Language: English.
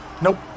Nope